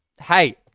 Hey